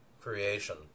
creation